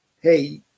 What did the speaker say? Hey